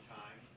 time